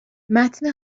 متن